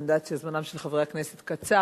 אני יודעת שזמנם של חברי הכנסת קצר.